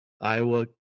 Iowa